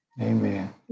Amen